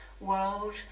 world